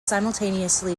simultaneously